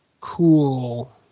cool